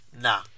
nah